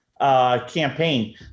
campaign